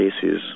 cases